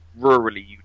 rurally